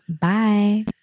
Bye